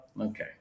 okay